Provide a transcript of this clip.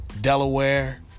Delaware